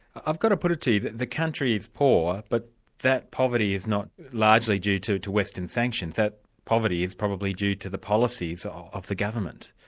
i've got to put it to you, the country is poor, but that poverty is not largely due to to western sanctions, that poverty is probably due to the policies of the government.